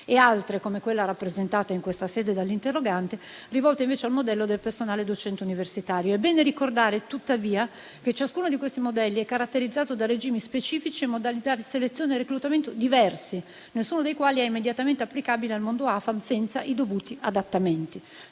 e altre, come quella rappresentata in questa sede dall'interrogante, rivolte invece al modello del personale docente universitario. È bene ricordare, tuttavia, che ciascuno di questi modelli è caratterizzato da regimi specifici e modalità di selezione e reclutamento diversi, nessuno dei quali è immediatamente applicabile al mondo AFAM senza i dovuti adattamenti.